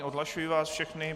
Odhlašuji vás všechny.